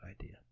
idea